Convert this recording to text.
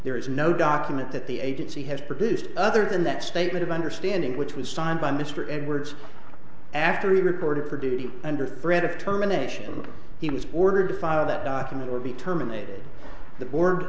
there is no document that the agency has produced other than that statement of understanding which was signed by mr edwards after he reported for duty under threat of terminations he was ordered to fire that document or be terminated th